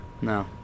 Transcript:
No